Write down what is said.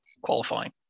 qualifying